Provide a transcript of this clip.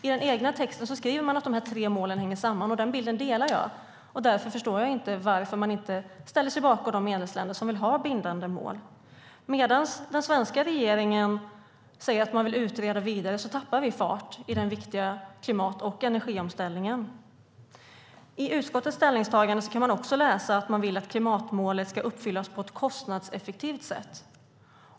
I sina egna texter skriver majoriteten att de tre målen hänger ihop. Den bilden delar jag. Därför förstår jag inte varför man inte ställer sig bakom de medlemsländer som vill ha bindande mål. Medan den svenska regeringen vill utreda vidare tappar vi fart i den viktiga klimat och energiomställningen. I utskottets ställningstagande kan vi också läsa att utskottet vill att klimatmålet ska "uppfyllas på ett kostnadseffektivt sätt".